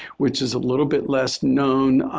which is a little bit less known,